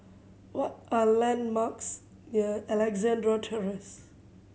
what are landmarks near Alexandra Terrace